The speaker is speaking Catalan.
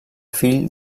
fill